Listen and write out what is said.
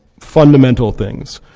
fundamental things.